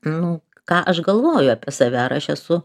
nu ką aš galvoju apie save ar aš esu